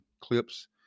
clips